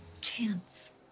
Chance